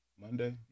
Monday